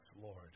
Lord